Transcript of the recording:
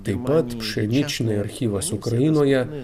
taip pat pšeničnyj archyvas ukrainoje